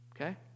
Okay